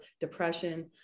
depression